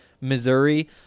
Missouri